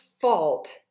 fault